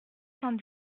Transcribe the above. cent